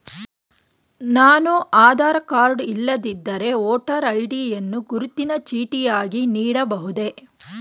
ನಾನು ಆಧಾರ ಕಾರ್ಡ್ ಇಲ್ಲದಿದ್ದರೆ voter ID ಯನ್ನು ಗುರುತಿನ ಚೀಟಿಯಾಗಿ ನೀಡಬಹುದೇ?